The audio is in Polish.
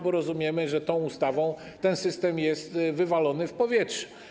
Bo rozumiemy, że tą ustawą ten system został wywalony w powietrze.